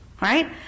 Right